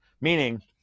meaning